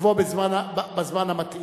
נבוא בזמן המתאים.